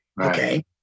Okay